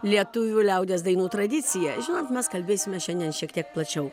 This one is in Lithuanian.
lietuvių liaudies dainų tradiciją žinot mes kalbėsime šiandien šiek tiek plačiau